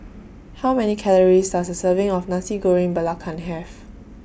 How Many Calories Does A Serving of Nasi Goreng Belacan Have